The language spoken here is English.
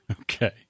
Okay